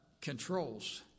controls